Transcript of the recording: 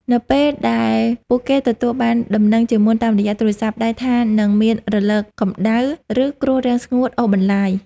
នៅពេលដែលពួកគេទទួលបានដំណឹងជាមុនតាមរយៈទូរស័ព្ទដៃថានឹងមានរលកកម្ដៅ ឬគ្រោះរាំងស្ងួតអូសបន្លាយ។